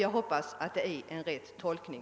Jag hoppas att detta är en riktig tolkning.